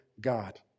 God